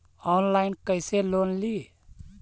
Online कैसे loan ली?